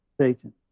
Satan